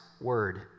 Word